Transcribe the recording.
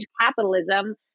capitalism